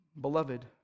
Beloved